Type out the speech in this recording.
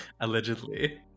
Allegedly